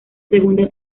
segunda